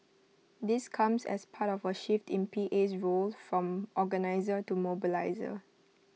this comes as part of A shift in PA's role from organiser to mobiliser